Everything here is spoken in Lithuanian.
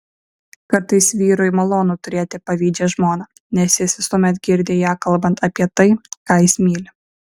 kartais vyrui malonu turėti pavydžią žmoną nes jis visuomet girdi ją kalbant apie tai ką jis myli